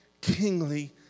kingly